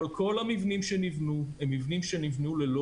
אבל כל המבנים שנבנו הם מבנים שנבנו ללא